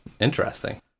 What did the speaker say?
interesting